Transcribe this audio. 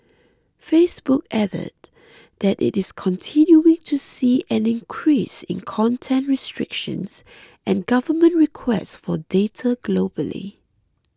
Facebook added that it is continuing to see an increase in content restrictions and government requests for data globally